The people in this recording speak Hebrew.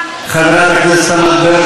חבר הכנסת טלב אבו עראר,